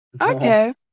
Okay